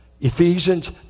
Ephesians